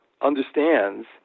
understands